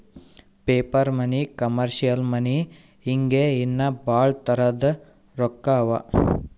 paper money, commercial money ಹಿಂಗೆ ಇನ್ನಾ ಭಾಳ್ ತರದ್ ರೊಕ್ಕಾ ಅವಾ